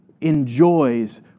enjoys